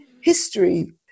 history